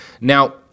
Now –